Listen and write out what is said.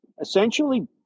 essentially